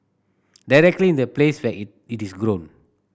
directly in the place where it it is grown